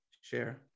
share